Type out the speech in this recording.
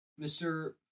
Mr